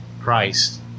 Christ